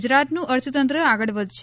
ગુજરાતનું અર્થતંત્ર આગળ વધશે